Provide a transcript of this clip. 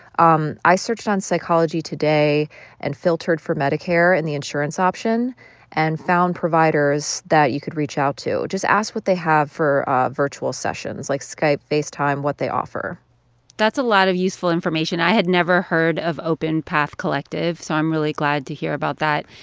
um i searched on psychology today and filtered for medicare in the insurance option and found providers that you could reach out to. just ask what they have for virtual sessions like skype, facetime what they offer that's a lot of useful information. i had never heard of open path collective, so i'm really glad to hear about that.